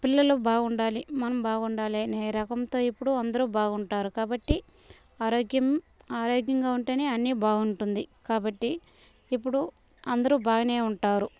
పిల్లలు బాగుండాలి మనం బాగుండాలి అనే రకం తో ఇప్పుడు అందరూ బాగుంటారు కాబట్టి ఆరోగ్యం ఆరోగ్యంగా ఉంటేనే అన్ని బాగుంటుంది కాబట్టి ఇప్పుడు అందరూ బాగానే ఉంటారు